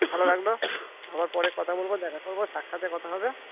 ভালো লাগলো আবার পরে কথা বলব দেখা করব সাক্ষাতে কথা হবে